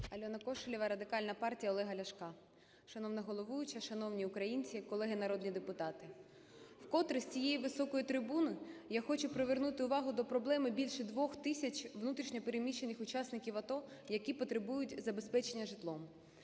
Альона Кошелєва, Радикальна партія Олега Ляшка. Шановна головуюча, шановні українці, колеги народні депутати! Вкотре з цієї високої трибуни я хочу привернути увагу до проблеми більше 2 тисяч внутрішньо переміщених учасників АТО, які потребують забезпечення житлом.